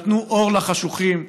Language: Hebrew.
שנתנו אור לחשוכים,